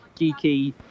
geeky